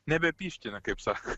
nebepyškini kaip sako